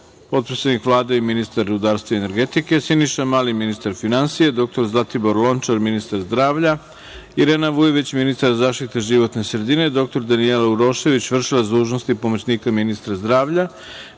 potpredsednik Vlade i ministar rudarstva i energetike, Siniša Mali, ministar finansija, dr Zlatibor Lončar, ministar zdravlja, Irena Vujović, ministar zaštite životne sredine, dr Danijela Urošević, vršilac dužnosti pomoćnika ministra zdravlja,